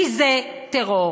כי זה טרור,